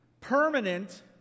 permanent